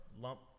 lump